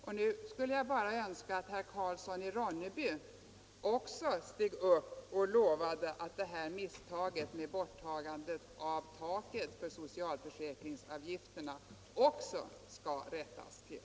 Och nu skulle jag bara önska att herr Karlsson i Ronneby steg upp och lovade att misstaget med borttagandet av taket för socialförsäkringsavgifterna också skall rättas till.